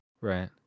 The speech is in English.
Right